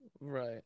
right